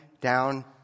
down